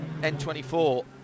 N24